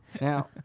Now